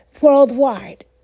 worldwide